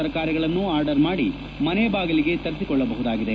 ತರಕಾರಿಗಳನ್ನು ಆರ್ಡರ್ ಮಾಡಿ ಮನೆ ಬಾಗಿಲಿಗೆ ತರೆಸಿಕೊಳ್ಳಬಹುದಾಗಿದೆ